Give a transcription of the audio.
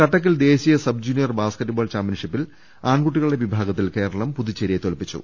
കട്ടക്കിൽ ദേശീയ sub junior basketball ചാമ്പ്യൻഷി പ്പിൽ ആൺകുട്ടികളുടെ വിഭാഗത്തിൽ കേരളം പുതുച്ചേരിയെ തോൽപ്പിച്ചു